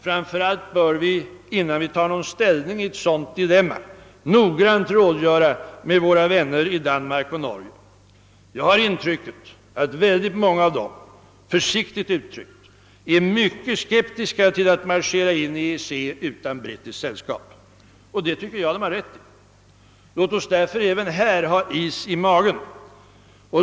Framför allt bör vi, innan vi tar någon ställning i ett sådant dilemma, noggrant rådgöra med våra vänner i Danmark och Norge. Jag har intrycket att synnerligen många av dem, försiktigt uttryckt, är mycket skeptiska till att marschera in i EEC utan brittiskt sällskap och det tycker jag de har rätt i. Låt oss därför även här ha is i magen.